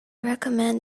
recommend